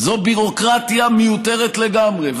זו ביורוקרטיה מיותרת לגמרי.